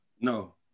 No